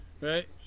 Right